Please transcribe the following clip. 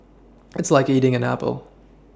it's like eating an Apple